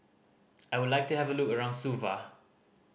I would like to have a look around Suva